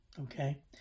okay